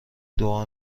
دعا